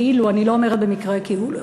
כאילו, אני לא אומרת במקרה כאילו.